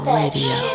radio